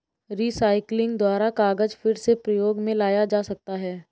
recycling द्वारा कागज फिर से प्रयोग मे लाया जा सकता है